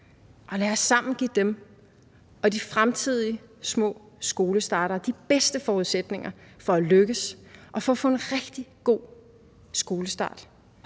og lad os sammen give dem og de fremtidige små skolestartere de bedste forudsætninger for at lykkes og for at få en rigtig god skolestart.